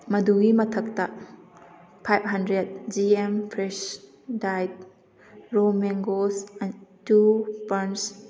ꯃꯗꯨꯒꯤ ꯃꯊꯛꯇ five hundred G M fresh ꯗꯥꯏꯠ ꯔꯣ ꯃꯦꯡꯒꯣꯁ ꯑꯦꯟ ꯇꯨ ꯄꯟꯁ